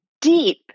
deep